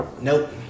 Nope